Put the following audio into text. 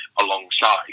alongside